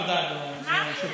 תודה, אדוני סגן